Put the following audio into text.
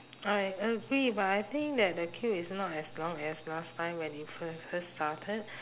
I agree but I think that the queue is not as long as last time when it fir~ first started